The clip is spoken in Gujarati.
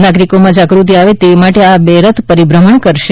નાગરિકોમાં જાગૃતિ આવે તે માટે આ બે રથ પરિભ્રમણ કરશે